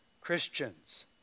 Christians